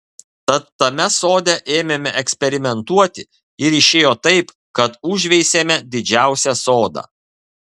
tad tame sode ėmėme eksperimentuoti ir išėjo taip kad užveisėme didžiausią sodą